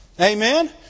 Amen